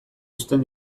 uzten